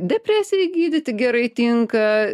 depresijai gydyti gerai tinka